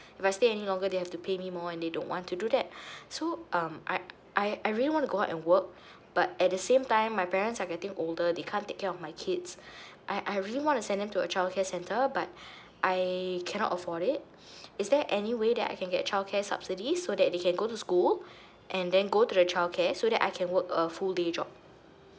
if I stay any longer they have to pay me more and they don't want to do that so um I I I really wanna go out and work but at the same time my parents are getting older they can't take care of my kids I I really wanna send them to a childcare center but I cannot afford it is there any way that I can get childcare subsidies so that they can go to school and then go to the childcare so that I can work a full day job